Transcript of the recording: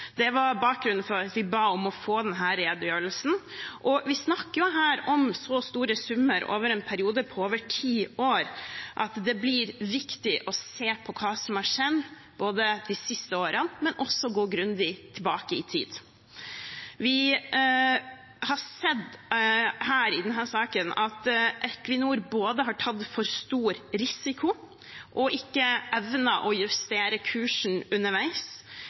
Det var bakgrunnen for at vi ba om å få denne redegjørelsen. Vi snakker her om så store summer over en periode på over ti år at det blir viktig å se på hva som har skjedd de siste årene, og også å gå grundig tilbake i tid. Vi har sett i denne saken at Equinor både har tatt for stor risiko og ikke har evnet å justere kursen underveis.